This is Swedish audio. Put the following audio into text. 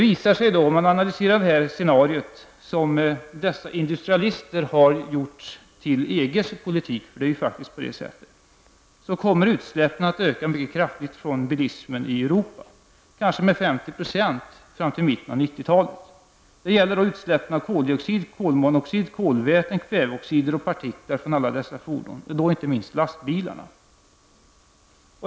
Om man analyserar det scenario som dessa industrialister har gjort till EGs politik -- det är faktiskt på det sättet -- visar det sig att utsläppen kommer att öka mycket kraftigt från bilismen i Europa, kanske med 50 % fram till mitten av 90 talet. Det gäller utsläpp av koldioxid, kolmonoxid, kolväten, kväveoxider och partiklar från alla dessa fordon, inte minst från lastbilarna.